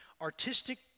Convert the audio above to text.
artistic